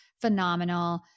phenomenal